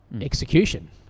execution